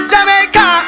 Jamaica